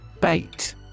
Bait